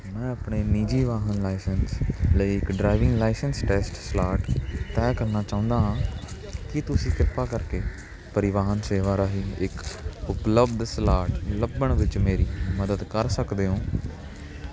ਮੈਂ ਆਪਣੇ ਨਿੱਜੀ ਵਾਹਨ ਲਾਇਸੈਂਸ ਲਈ ਇੱਕ ਡਰਾਈਵਿੰਗ ਲਾਇਸੈਂਸ ਟੈਸਟ ਸਲਾਟ ਤਹਿ ਕਰਨਾ ਚਾਹੁੰਦਾ ਹਾਂ ਕੀ ਤੁਸੀਂ ਕਿਰਪਾ ਕਰਕੇ ਪਰਿਵਾਹਨ ਸੇਵਾ ਰਾਹੀਂ ਇੱਕ ਉਪਲੱਬਧ ਸਲਾਟ ਲੱਭਣ ਵਿੱਚ ਮੇਰੀ ਮਦਦ ਕਰ ਸਕਦੇ ਹੋ